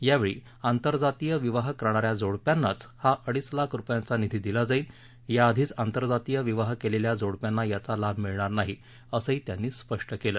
यावेळी आंतरजातीय विवाह करणा या जोडप्यांनाच हा अडीच लाख रुपयाचा निधी दिला जाईल याआधीच आंतरजातीय विवाह केलेल्या जोडप्यांना याचा लाभ मिळणार नाही असंही त्यांनी स्पष्ट केलं